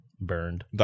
burned